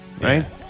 right